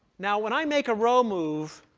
now, when i make a row move,